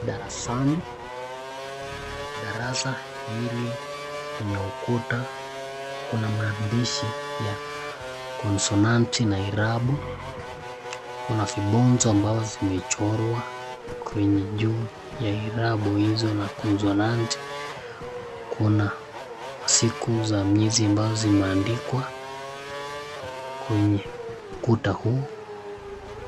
Darasani, darasa hili kwenye ukuta kuna maandishi ya konsonanti na irabu, kuna vibonzo ambavyo zimechorwa kwenye juu ya irabu hizo na konsonanti, kuna siku za miezi ambazo zimeandikwa kwenye ukuta huu.